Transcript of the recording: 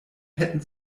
hätten